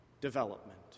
development